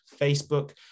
Facebook